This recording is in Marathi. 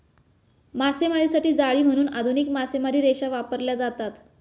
मासेमारीसाठी जाळी म्हणून आधुनिक मासेमारी रेषा वापरल्या जातात